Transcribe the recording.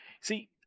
See